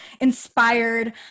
inspired